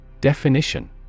Definition